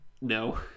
no